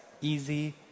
easy